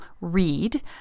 read